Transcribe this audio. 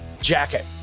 jacket